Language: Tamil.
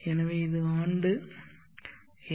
எனவே இது ஆண்டு எல்